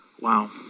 Wow